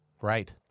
Right